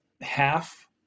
half